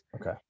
Okay